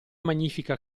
magnifica